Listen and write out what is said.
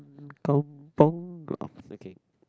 Kampung-Glam is okay